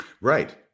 Right